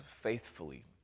faithfully